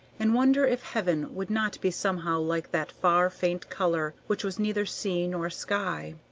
and wonder if heaven would not be somehow like that far, faint color, which was neither sea nor sky.